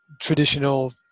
traditional